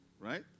right